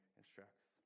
instructs